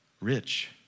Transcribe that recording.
Rich